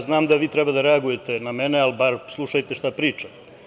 Znam da vi treba da reagujete na mene ali barem slušajte šta pričam.